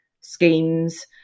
schemes